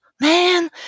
man